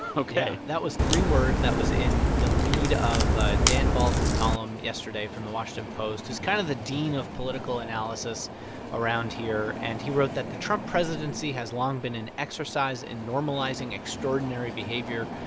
ok yeah. that was three words that was in the lead of ah dan balz's column yesterday from the washington post, who's kind of the dean of political analysis around here. and he wrote that the trump presidency has long been an exercise in normalizing extraordinary behavior,